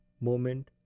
moment